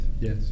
yes